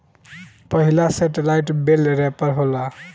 पहिला सेटेलाईट बेल रैपर होला